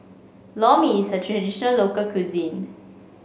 Lor Mee is a traditional local cuisine